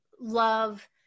love